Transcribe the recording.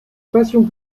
passion